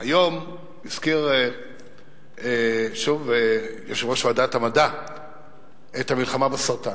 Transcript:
היום הזכיר יושב-ראש ועדת המדע את המלחמה בסרטן.